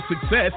Success